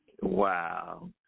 Wow